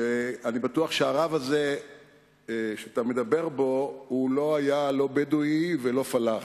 שאני בטוח שהרב הזה שאתה מדבר עליו לא היה לא בדואי ולא פלאח.